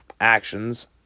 actions